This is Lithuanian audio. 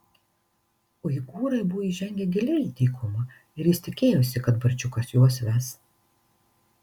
uigūrai buvo įžengę giliai į dykumą ir jis tikėjosi kad barčiukas juos ves